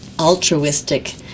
altruistic